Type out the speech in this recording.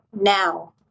now